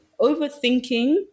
overthinking